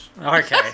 Okay